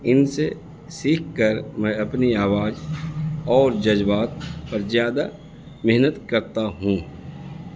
ان سے سیکھ کر میں اپنی آواز اور جذبات پر زیادہ محنت کرتا ہوں